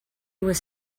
was